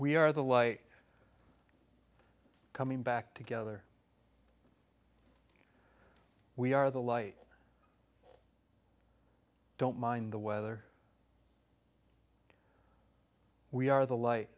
we are the light coming back together we are the light don't mind the weather we are the light